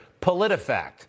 PolitiFact